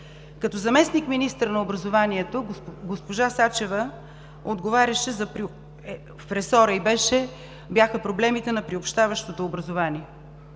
Като заместник-министър на образованието госпожа Сачева отговаряше, в ресора ѝ бяха проблемите на приобщаващото образование.